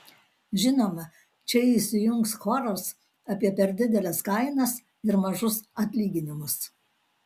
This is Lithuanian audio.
žinoma čia įsijungs choras apie per dideles kainas ir mažus atlyginimus